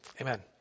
Amen